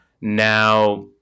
now